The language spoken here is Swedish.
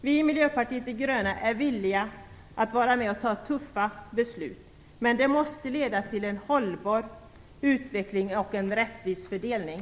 Vi i Miljöpartiet de gröna är villiga att vara med och ta tuffa beslut, men det måste leda till en hållbar utveckling och en rättvis fördelning.